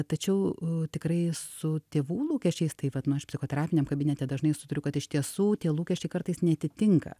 tačiau tikrai su tėvų lūkesčiais tai vat nu aš psichoterapiniam kabinete dažnai sutariu kad iš tiesų tie lūkesčiai kartais neatitinka